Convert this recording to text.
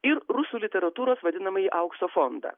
ir rusų literatūros vadinamąjį aukso fondą